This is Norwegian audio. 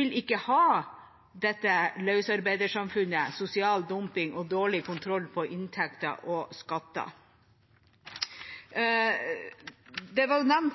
vil ikke ha dette løsarbeidersamfunnet, sosial dumping og dårlig kontroll på inntekter og skatter. Fylkeskommunene